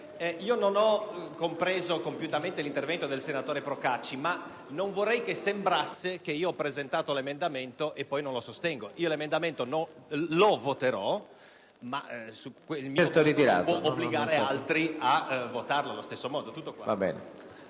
non ho compreso compiutamente l'intervento del senatore Procacci, ma non vorrei che sembrasse che ho presentato tale emendamento e poi non lo sostengo. L'emendamento lo voterò, ma non posso obbligare altri a votarlo allo stesso modo.